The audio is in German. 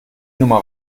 nummer